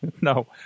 No